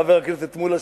חבר הכנסת מולה,